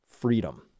freedom